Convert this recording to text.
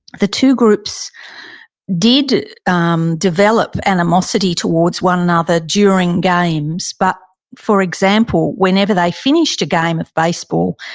the two groups did um develop animosity towards one another during games, but, for example, whenever they finished a game of baseball,